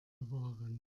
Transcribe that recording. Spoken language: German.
bewahren